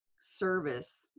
service